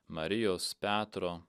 marijos petro